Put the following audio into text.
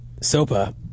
SOPA